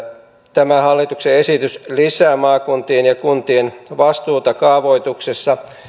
tämä hallituksen esitys lisää maakuntien ja kuntien vastuuta kaavoituksessa